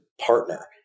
partner